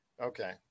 Okay